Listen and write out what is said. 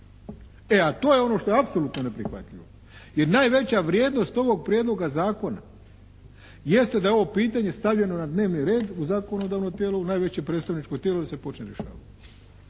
E a to je ono što je apsolutno neprihvatljivo. I najveća vrijednost ovog Prijedloga zakona jeste da je ovo pitanje stavljeno na dnevni red u zakonodavno tijelo, u najveće predstavničko tijelo da se počne rješavati.